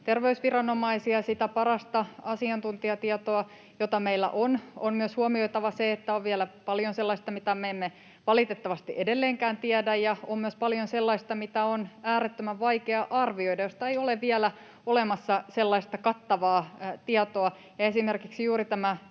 terveysviranomaisia, käyttää sitä parasta asiantuntijatietoa, jota meillä on. On huomioitava myös se, että on vielä paljon sellaista, mitä me emme valitettavasti edelleenkään tiedä. On myös paljon sellaista, mitä on äärettömän vaikea arvioida, mistä ei ole vielä olemassa sellaista kattavaa tietoa. Esimerkiksi juuri